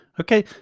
Okay